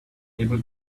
able